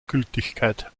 gültigkeit